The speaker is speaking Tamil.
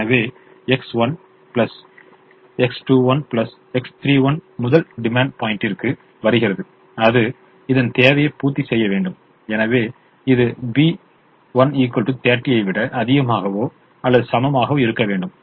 எனவே X11 X21 X31 முதல் டிமாண்ட் பாயிண்டிற்கு வருகிறது அது இதன் தேவையை பூர்த்தி செய்ய வேண்டும் எனவே இது b1 30 ஐ விட அதிகமாகவோ அல்லது சமமாகவோ இருக்க வேண்டும்